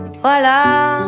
Voilà